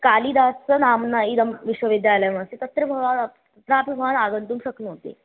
कालिदासनाम्ना इदं विश्वविद्यालयमस्ति तत्र भवान् तत्रापि भवानागन्तुं शक्नोति